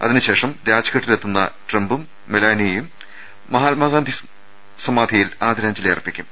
അതിനുശേഷം രാജ്ഘട്ടിലെത്തുന്ന ട്രംപും മെലാനിയയും മഹാത്മാഗാന്ധി സമാധിയിൽ ആദരാഞ്ജലി അർപ്പിക്കും